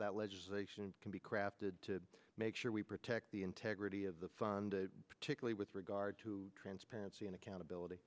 that legislation can be crafted to make sure we protect the integrity of the fund particularly with regard to transparency and accountability